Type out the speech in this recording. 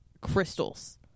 crystals